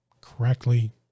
correctly